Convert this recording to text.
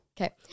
Okay